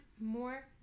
more